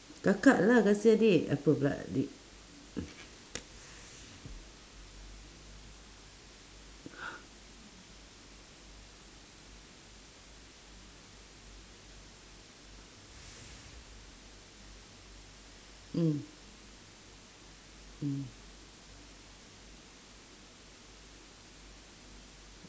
kakak lah kasih adik apa pula adik mm mm